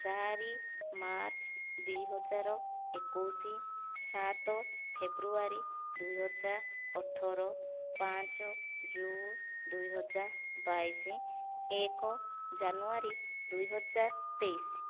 ଚାରି ମାର୍ଚ୍ଚ ଦୁଇ ହଜାର ଏକୋଇଶ ସାତ ଫେବ୍ରୁୟାରୀ ଦୁଇହଜାର ଅଠର ପାଞ୍ଚ ଜୁନ୍ ଦୁଇହଜାର ବାଇଶି ଏକ ଜାନୁୟାରୀ ଦୁଇହଜାର ତେଇଶ